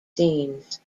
scenes